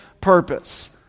purpose